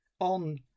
on